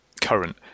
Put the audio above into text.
current